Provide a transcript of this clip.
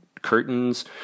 Curtains